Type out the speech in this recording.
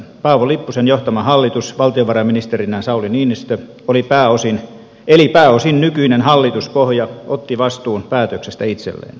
paavo lipposen johtama hallitus valtiovarainministerinä sauli niinistö eli pääosin nykyinen hallituspohja otti vastuun päätöksestä itselleen